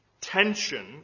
Tension